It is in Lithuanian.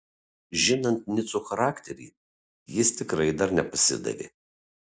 žinant nico charakterį jis tikrai dar nepasidavė